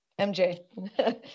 MJ